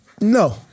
No